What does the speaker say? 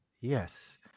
Yes